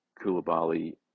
Kulabali